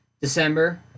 December